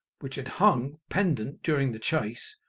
which had hung pendent during the chase,